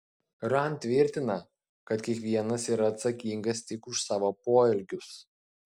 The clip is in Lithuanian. rand tvirtina kad kiekvienas yra atsakingas tik už savo poelgius